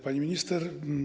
Pani Minister!